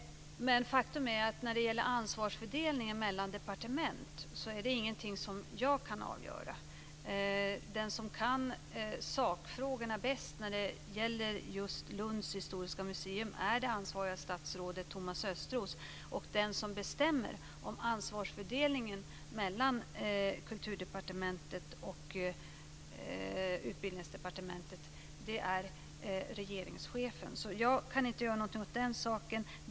Faktum är att när det gäller ansvarsfördelningen mellan olika departement är det ingenting som jag kan avgöra. Den som kan sakfrågorna bäst beträffande Lunds historiska museum är Thomas Östros, och den som bestämmer om ansvarsfördelningen mellan Kulturdepartementet och Utbildningsdepartementet är regeringschefen. Så jag kan inte göra någonting åt den saken.